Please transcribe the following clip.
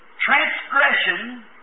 transgression